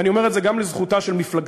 ואני אומר את זה גם לזכותה של מפלגתי,